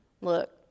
Look